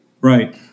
Right